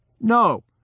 No